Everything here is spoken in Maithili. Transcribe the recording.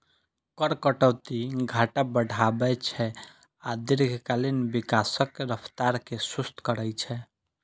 कर कटौती घाटा बढ़ाबै छै आ दीर्घकालीन विकासक रफ्तार कें सुस्त करै छै